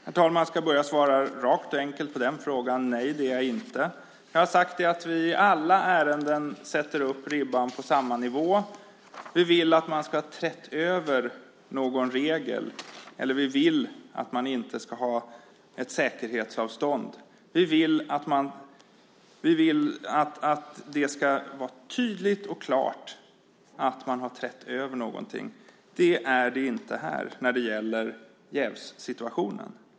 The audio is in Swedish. Herr talman! Jag ska börja med att svara rakt och enkelt på den frågan. Nej, det är jag inte. Jag har sagt att vi i alla ärenden sätter upp ribban på samma nivå. Vi vill att man ska ha överträtt någon regel. Vi vill att man inte ska ha ett säkerhetsavstånd. Vi vill att det ska vara tydligt och klart att man har överträtt någonting. Det är det inte här när det gäller jävssituationen.